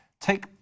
Take